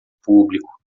público